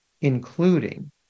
including